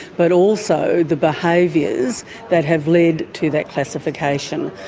but also the behaviours that have led to that classification.